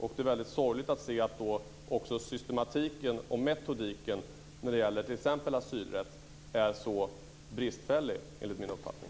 Och det är väldigt sorgligt att se att då också systematiken och metodiken när det gäller t.ex. asylrätt är så bristfällig, enligt min uppfattning.